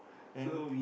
then